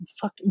fuck